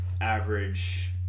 average